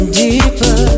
deeper